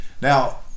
Now